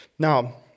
Now